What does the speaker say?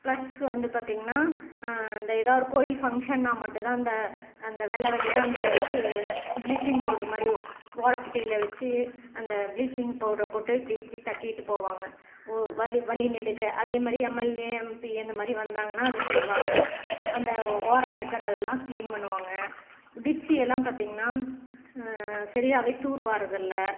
plus வந்து பார்த்திங்கன்னா இந்த எதாவது கோவில் ஃபங்ஷன்னா மட்டும் தான் இந்த இந்த வெள்ளை வெள்ளையா அந்த இது ப்ளீச்சிங் பவுட்ரு மாரி ஓலப்பொட்டியில் வச்சி அந்த ப்ளீச்சிங் பவுட்ரு போட்டு இப்படி இப்படி தட்டிட்டு போவாங்கா வழி வழி நெடுக அதே மாதிரி எம்எல்ஏ எம்பி அந்த மாதிரி வந்தாங்கன்னா அதை செய்வாங்க அந்த ஓரம் இருக்கிறதெல்லாம் கிளீன் பண்ணுவாங்க டிச்சி எல்லாம் பார்த்திங்கன்னா சரியாகவே தூறு வார்றதுல